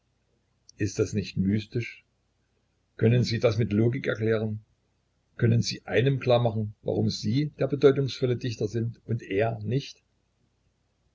ist das nicht mystisch können sie das mit logik erklären können sie einem klar machen warum sie der bedeutungsvolle dichter sind und er nicht